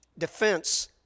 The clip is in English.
Defense